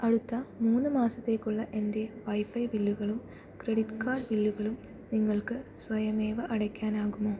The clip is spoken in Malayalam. അടുത്ത മൂന്ന് മാസത്തേക്കുള്ള എൻ്റെ വൈഫൈ ബില്ലുകളും ക്രെഡിറ്റ് കാർഡ് ബില്ലുകളും നിങ്ങൾക്ക് സ്വയമേവ അടയ്ക്കാനാകുമോ